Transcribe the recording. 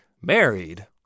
Married